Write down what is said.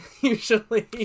usually